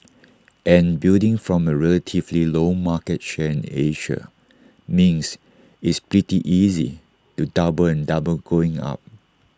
and building from A relatively low market share in Asia means it's pretty easy to double and double going up